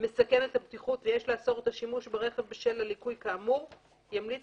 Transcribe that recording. מסכן את הבטיחות ויש לאסור את השימוש ברכב בשל הליקוי כאמור ימליץ